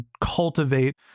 cultivate